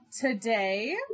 Today